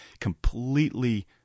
completely